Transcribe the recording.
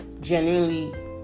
genuinely